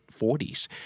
40s